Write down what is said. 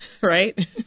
right